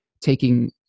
taking